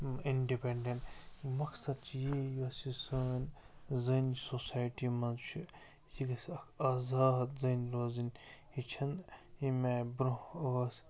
independent مقصد چھُ یی یۄس یہِ سٲنۍ زٔنۍ سوسایٹی منٛز چھِ یہِ گَژھِ اکھ آزاد زٔنۍ روزٕنۍ یہِ چھِنہٕ ییٚمہِ آے برٛونٛہہ ٲس